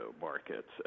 markets